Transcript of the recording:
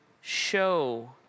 show